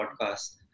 podcast